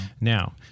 Now